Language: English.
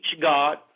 God